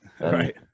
Right